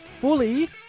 fully